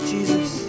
Jesus